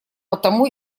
потому